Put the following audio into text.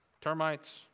termites